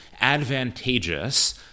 advantageous